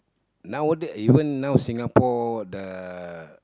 nowaday even now Singapore the